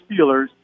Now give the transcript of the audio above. Steelers